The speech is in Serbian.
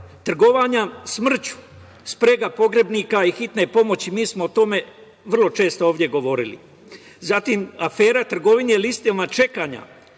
trgovina smrću, sprega pogrebnika i hitne pomoći. Mi smo o tome vrlo često ovde govorili. Zatim, afera – trgovine listama čekanja